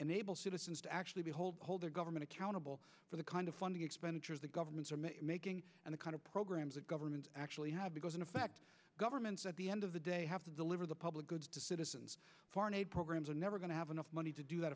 enable citizens to actually hold their government accountable for the kind of funding expenditures that governments are making and the kind of programs that government actually have because in effect governments at the end of the day have to deliver the public goods to citizens foreign aid programs are never going to have enough money to do that